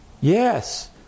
yes